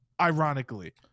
ironically